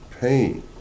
pain